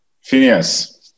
Phineas